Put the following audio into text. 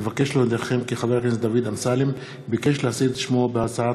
אבקש להודיעכם כי חבר הכנסת דוד אמסלם ביקש להסיר את שמו מהצעת